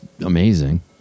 amazing